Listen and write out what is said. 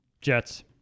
Jets